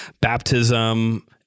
Baptism